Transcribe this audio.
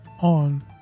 on